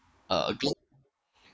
uh a globe